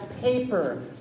paper